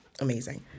amazing